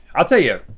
i'll tell ya,